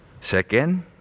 Second